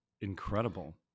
incredible